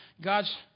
God's